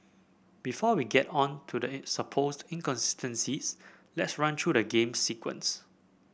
before we get on to the supposed inconsistencies let's run through the game's sequence